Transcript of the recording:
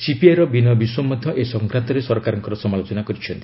ସିପିଆଇର ବିନୟ ବିଶ୍ୱମ୍ ମଧ୍ୟ ଏ ସଂକ୍ରାନ୍ତରେ ସରକାରଙ୍କର ସମାଲୋଚନା କରିଛନ୍ତି